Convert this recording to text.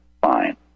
fine